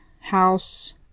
house